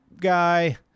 guy